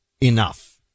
enough